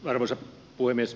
arvoisa puhemies